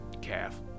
calf